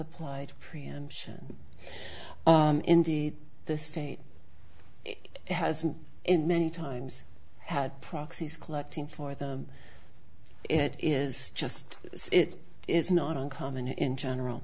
applied preemption indeed the state has in many times had proxies collecting for them it is just it is not uncommon in general